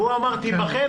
והוא אמר תיבחן.